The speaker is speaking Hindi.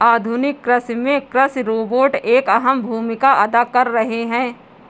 आधुनिक कृषि में कृषि रोबोट एक अहम भूमिका अदा कर रहे हैं